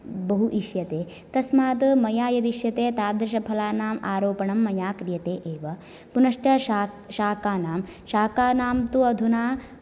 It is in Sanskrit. बहु इष्यते तस्मात् मया यदिष्यते तादृशफलानामारोपणं मया क्रियते एव पुनश्च शा शाकानां शाकानां तु अधुना